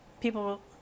people